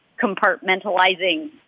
compartmentalizing